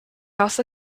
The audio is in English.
also